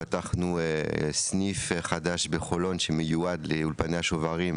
פתחנו סניף חדש בחולון שמיועד לאולפני השוברים,